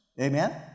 Amen